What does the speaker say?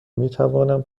میتوانم